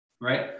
right